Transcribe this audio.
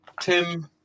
Tim